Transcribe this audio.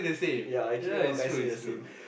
ya actually all guys say the same